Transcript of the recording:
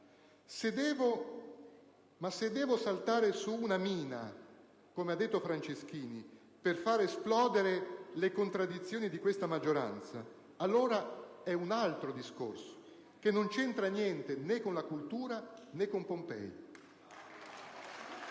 Ma se devo saltare su una mina, come ha detto l'onorevole Franceschini, per far esplodere le contraddizioni di questa maggioranza, allora è un altro discorso, che non c'entra niente né con la cultura né con Pompei. *(Applausi